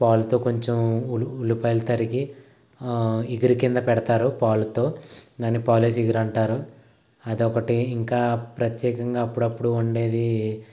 పాలుతో కొంచెం ఉల్లిపాయలు తరిగి ఇగురు కింద పెడతారు పాలుతో దాన్ని పాలేసిగురంటారు అదొకటి ఇంకా ప్రత్యేకంగా అప్పుడప్పుడు వండేది